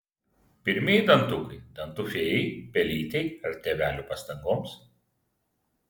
pirmieji dantukai dantų fėjai pelytei ar tėvelių pastangoms